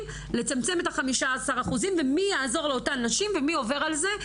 לצמצם את ה-15% ומי יעזור לאותן נשים ומי עובר על זה,